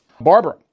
Barbara